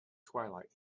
twilight